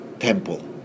temple